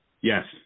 Yes